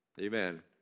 Amen